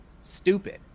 Stupid